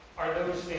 are those